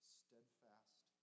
steadfast